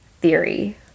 theory